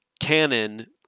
canon